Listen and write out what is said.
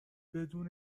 بدون